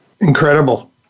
Incredible